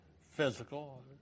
physical